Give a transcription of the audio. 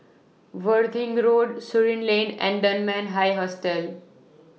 Worthing Road Surin Lane and Dunman High Hostel